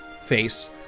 face